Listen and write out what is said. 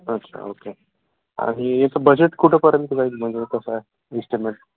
अच्छा ओके आणि याचं बजेट कुठंपर्यंत जाईल म्हणजे कसं इस्टिमेट